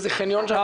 שר